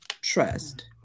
trust